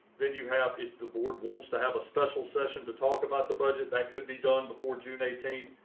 then you have it. the board wants to have a special session to talk about the budget that could be done before june eighteen.